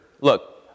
look